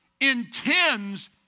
intends